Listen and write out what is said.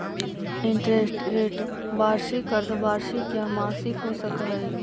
interest rate वार्षिक, अर्द्धवार्षिक या मासिक हो सकऽ हई